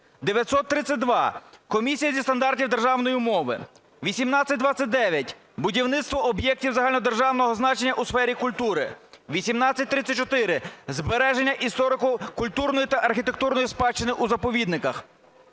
932. Комісія зі стандартів державної мови. 1829. Будівництво об'єктів загальнодержавного значення у сфері культури. 1834. Збереження історико-культурної та архітектурної спадщини у заповідниках.